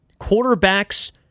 quarterbacks